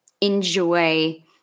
enjoy